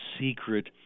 secret